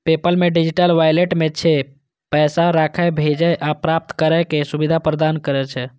PayPal मे digital wallet छै, जे पैसा राखै, भेजै आ प्राप्त करै के सुविधा प्रदान करै छै